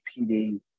PD